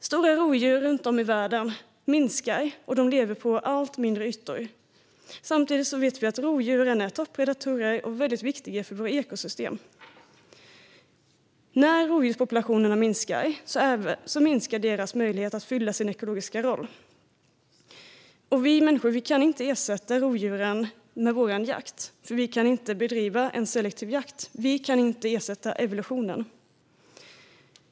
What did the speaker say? Stora rovdjur runt om i världen minskar i antal, och de lever på allt mindre ytor. Samtidigt vet vi att rovdjuren är toppredatorer och väldigt viktiga för våra ekosystem. Rovdjurspopulationerna minskar, och då minskar även deras möjlighet att fylla sin ekologiska roll. Vi människor kan inte ersätta rovdjuren med vår jakt, för vi kan inte bedriva en selektiv jakt. Vi kan inte ersätta evolutionen.